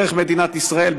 דרך מדינת ישראל,